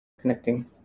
connecting